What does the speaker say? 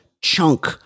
chunk